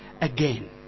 again